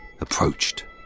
approached